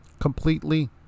completely